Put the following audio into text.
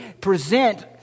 present